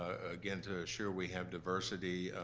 again to assure we have diversity.